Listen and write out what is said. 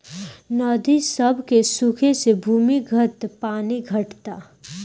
नदी सभ के सुखे से भूमिगत पानी घटता